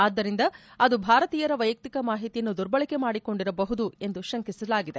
ಆದ್ದರಿಂದ ಅದು ಭಾರತೀಯರ ವೈಯಕ್ತಿಕ ಮಾಹಿತಿಯನ್ನು ದುರ್ಬಳಕೆ ಮಾಡಿಕೊಂಡಿರಬಹುದು ಎಂದು ಶಂಕಿಸಲಾಗಿದೆ